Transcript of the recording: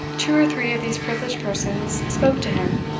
two or three of these privileged persons spoke to him,